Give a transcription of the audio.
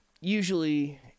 usually